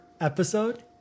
episode